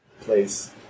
place